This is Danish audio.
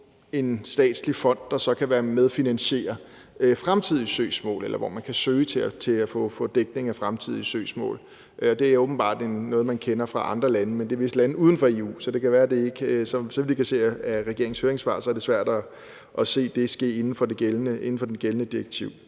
en statslig fond, der så kan medfinansiere fremtidige søgsmål, eller hvor man kan søge til at få dækning af fremtidige søgsmål. Det er åbenbart noget, man kender fra andre lande, men det er vist lande uden for EU, så af regeringens høringssvar kan det, så vidt jeg kan se, være svært at se det ske inden for det gældende direktiv.